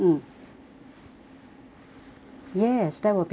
yes that will be great